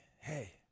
hey